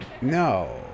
No